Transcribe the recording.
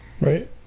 right